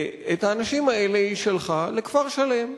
את האנשים האלה היא שלחה לכפר-שלם.